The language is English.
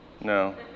No